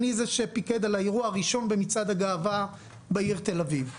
אני זה שפיקד על האירוע הראשון במצעד הגאווה בעיר תל אביב,